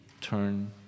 turn